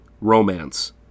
romance